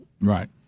Right